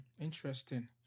Interesting